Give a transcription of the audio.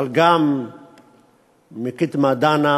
אבל גם מקדמת דנא